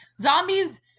zombies